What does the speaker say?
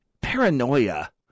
paranoia